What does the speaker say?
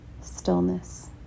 stillness